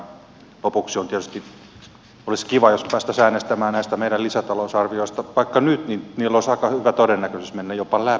lopuksi tietysti olisi kiva jos päästäisiin äänestämään näistä meidän lisätalousarvioista vaikka nyt niin niillä olisi aika hyvä todennäköisyys mennä jopa läpi mutta odotellaan sitä